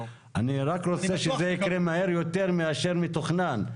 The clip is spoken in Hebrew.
אני רק רוצה שזה יקרה מהר יותר מאשר מתוכנן.